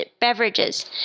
beverages